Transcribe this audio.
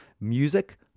Music